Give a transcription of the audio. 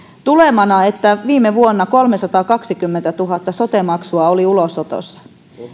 tulemana oli että viime vuonna kolmesataakaksikymmentätuhatta sote maksua oli ulosotossa